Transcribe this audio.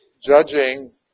judging